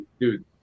dude